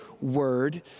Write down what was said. word